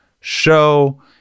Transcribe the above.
show